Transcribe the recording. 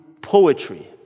poetry